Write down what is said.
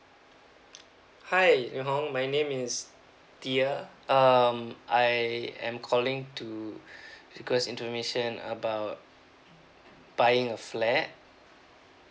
hi ni hong my name is tia um I I am calling to request information about buying a flat